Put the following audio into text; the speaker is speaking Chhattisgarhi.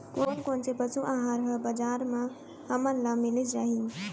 कोन कोन से पसु आहार ह बजार म हमन ल मिलिस जाही?